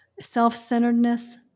Self-centeredness